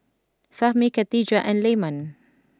Fahmi Khatijah and Leman